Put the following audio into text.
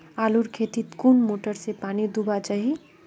आलूर खेतीत कुन मोटर से पानी दुबा चही?